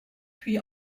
puis